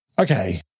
Okay